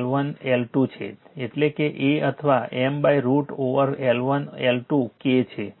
L1 L2 છે એટલે કે A અથવા M √ over L1 L2 K છે